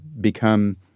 become